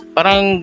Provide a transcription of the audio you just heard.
Parang